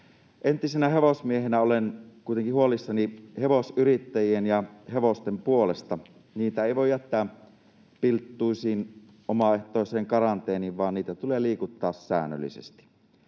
Entisenä hevosmiehenä olen kuitenkin huolissani hevosyrittäjien ja hevosten puolesta. Niitä ei voi jättää pilttuisiin omaehtoiseen karanteeniin, vaan niitä tulee liikuttaa säännöllisesti.